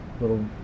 little